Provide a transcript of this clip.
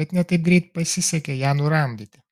bet ne taip greit pasisekė ją nuramdyti